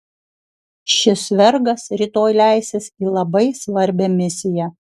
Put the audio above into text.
šis vergas rytoj leisis į labai svarbią misiją